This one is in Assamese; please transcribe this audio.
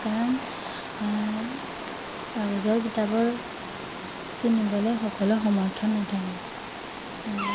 কাৰণ কাগজৰ কিতাপৰ কিনিবলৈ সকলোৰে সমৰ্থ নাথাকে